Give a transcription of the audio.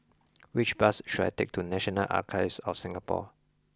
which bus should I take to National Archives of Singapore